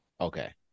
Okay